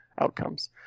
outcomes